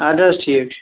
ادٕ حظ ٹھیٖک چھُ